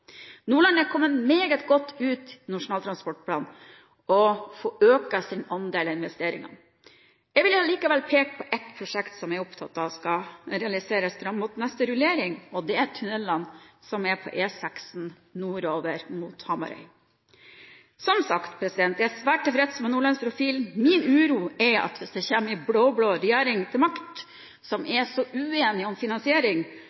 Nordland er kommet meget godt ut i Nasjonal transportplan, og øker sin andel av investeringene. Jeg vil likevel peke på ett prosjekt som jeg er opptatt av at skal realiseres fram mot neste rullering, og det er tunnelene på E6 nordover mot Hamarøy. Som sagt: Jeg er svært tilfreds med nordlandsprofilen. Min uro er at hvis det kommer en blå-blå regjering til makten, som